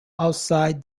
outside